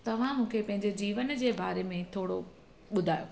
तव्हां मूंखे पंहिंजे जीवन जे बारे में थोरो ॿुधायो